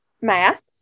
math